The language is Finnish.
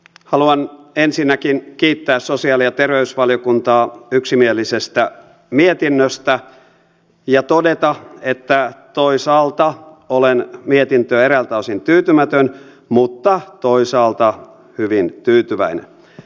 haluan ensinnäkin kiittää sosiaali ja terveysvaliokuntaa yksimielisestä mietinnöstä ja todeta että toisaalta olen mietintöön eräiltä osin tyytymätön mutta toisaalta hyvin tyytyväinen